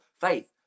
faith